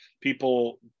people